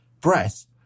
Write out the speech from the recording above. breath